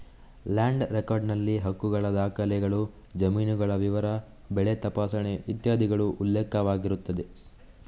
land record ನಲ್ಲಿ ಹಕ್ಕುಗಳ ದಾಖಲೆಗಳು, ಜಮೀನುಗಳ ವಿವರ, ಬೆಳೆ ತಪಾಸಣೆ ಇತ್ಯಾದಿಗಳು ಉಲ್ಲೇಖವಾಗಿರುತ್ತದೆ